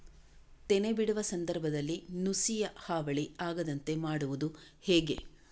ತೆನೆ ಬಿಡುವ ಸಂದರ್ಭದಲ್ಲಿ ನುಸಿಯ ಹಾವಳಿ ಆಗದಂತೆ ಮಾಡುವುದು ಹೇಗೆ?